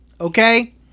Okay